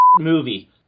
movie